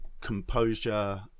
composure